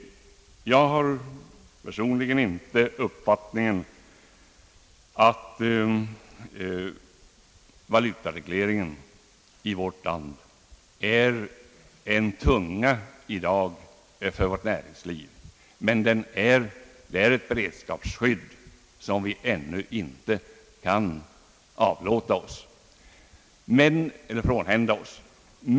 Jag har personligen den uppfattningen att valutaregleringen i vårt land i dag inte utgör någon belastning för vårt näringsliv men att den är ett beredskapsskydd, som vi ännu inte kan frånhända oss.